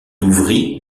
ouvrit